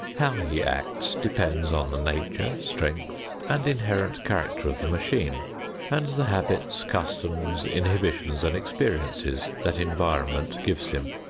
how he acts depends on the nature, strength, and inherent character of the machine and the habits, customs, inhibitions and experiences that environment gives him.